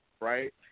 Right